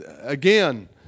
again